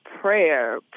prayer